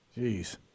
Jeez